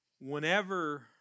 whenever